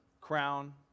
Crown